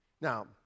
Now